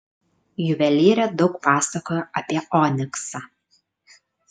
juvelyrė daug pasakojo apie oniksą